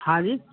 हाँ जी